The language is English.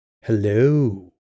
Hello